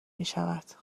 میشود